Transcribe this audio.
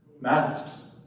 Masks